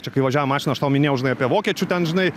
čia kai važiavom mašina aš tau minėjau žinai apie vokiečių ten žinai